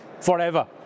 forever